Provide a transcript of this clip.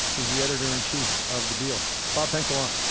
he's the editor in chief of the deal. bob, thanks a lot.